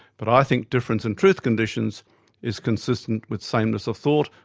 but i think difference in truth conditions is consistent with sameness of thought,